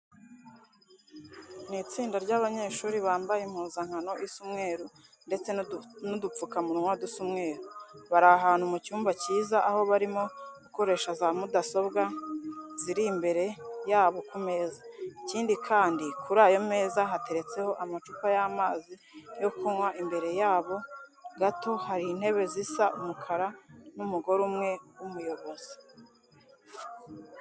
Ni itsinda ry'abanyeshuri bambaye impuzankano isa umweru ndetse n'udupfukamunwa dusa umweru. Bari ahantu mu cyumba cyiza, aho barimo gukoresha za mudasobwa ziri imbere yabo ku meza. Ikindi kandi, kuri ayo meza hateretseho amacupa y'amazi yo kunywa, imbere yabo gato hari intebe zisa umukara n'umugore umwe w'umuyobozi.